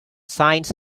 signs